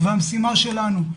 והמשימה שלנו,